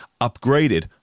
upgraded